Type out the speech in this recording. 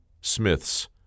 smith's